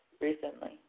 recently